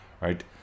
Right